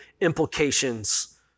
implications